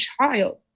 child